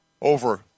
over